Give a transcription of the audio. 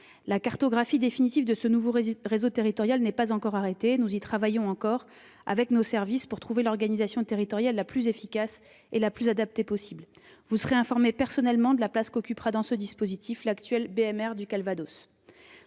La cartographie définitive de ce nouveau réseau territorial n'est pas encore arrêtée : nous y travaillons encore, avec nos services, pour trouver l'organisation territoriale la plus efficace et adaptée possible. Vous serez informée personnellement de la place qu'occupera dans ce dispositif l'actuelle BMR du Calvados.